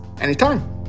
anytime